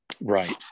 right